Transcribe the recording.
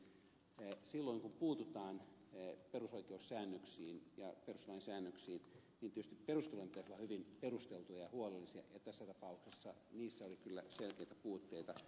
södermankin totesi silloin kun puututaan perusoikeussäännöksiin ja perustuslain säännöksiin tietysti perustelujen pitäisi olla hyvin perusteltuja ja huolellisia ja tässä tapauksessa niissä oli kyllä selkeitä puutteita